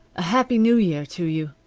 a happy new year to you,